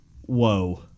Whoa